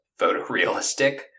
photorealistic